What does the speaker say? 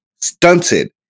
stunted